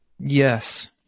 Yes